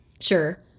Sure